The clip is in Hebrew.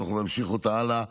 שאנחנו נמשיך אותה הלאה,